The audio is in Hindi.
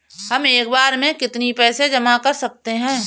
हम एक बार में कितनी पैसे जमा कर सकते हैं?